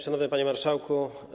Szanowny Panie Marszałku!